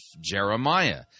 Jeremiah